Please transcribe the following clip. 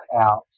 out